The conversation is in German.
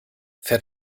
fährt